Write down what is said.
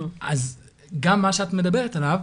אז גם מה שאת מדברת עליו,